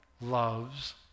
loves